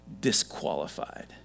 disqualified